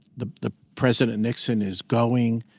the the president nixon is going.